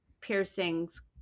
piercings